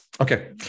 Okay